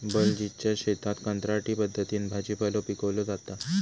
बलजीतच्या शेतात कंत्राटी पद्धतीन भाजीपालो पिकवलो जाता